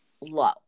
low